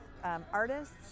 Artists